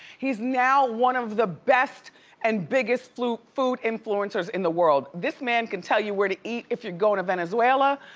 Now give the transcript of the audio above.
he's now one of the best and biggest food food influencers in the world. this man can tell you where to eat if you're going to venezuela,